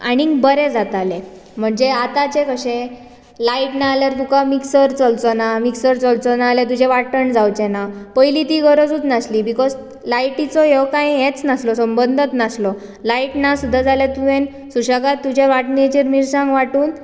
आनीक बरें जातालें म्हणजे आतांचें कशें लायट ना जाल्यार तुका मिक्सर चलपाचो ना मिक्सर चलचो ना जाल्यार तुजें वांटण जावंचें ना पयलीं ती गरजूच नासली बिकॉज लायटीचो कांय हेच नासलो संबंदच नासलो लायट ना सुद्दां जाल्यार तुवें सुशेगाद तुज्या वांटणीचेर मिरसांग वांटून